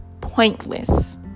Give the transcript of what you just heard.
pointless